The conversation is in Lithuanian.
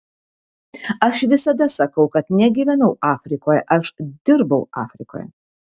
aš visada sakau kad negyvenau afrikoje aš dirbau afrikoje